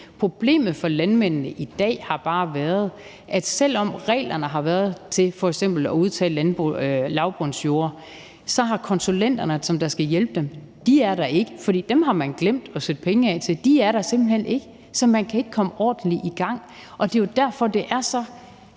Problemet for landmændene i dag har bare været, at selv om reglerne har været der til f.eks. udtagning af landbrugsjorder, har konsulenterne, som skal hjælpe dem, ikke været der, for dem har man glemt at sætte penge af til. De er der simpelt hen ikke, så man kan ikke komme ordentligt i gang. Og det er jo derfor, det er så